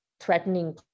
threatening